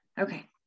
Okay